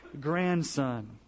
grandson